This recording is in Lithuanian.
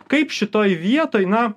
kaip šitoj vietoj na